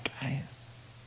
guys